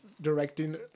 directing